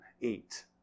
eat